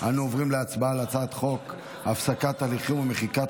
אנו עוברים להצבעה על הצעת חוק הפסקת הליכים ומחיקת